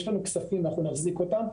יש לנו כספים, אנחנו נחזיק אותם.